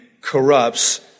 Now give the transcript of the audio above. corrupts